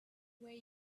where